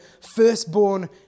firstborn